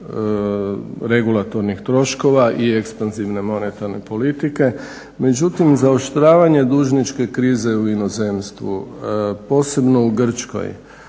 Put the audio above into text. regulatornih troškova, i ekspanzivne monetarne politike. Međutim, zaoštravanje dužničke krize u inozemstvu, posebno u Grčkoj,